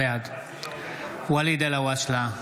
בעד ואליד אלהואשלה,